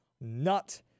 nut